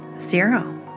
zero